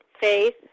faith